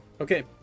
Okay